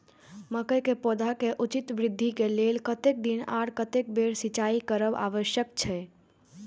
मके के पौधा के उचित वृद्धि के लेल कतेक दिन आर कतेक बेर सिंचाई करब आवश्यक छे?